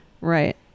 Right